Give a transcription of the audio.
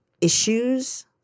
issues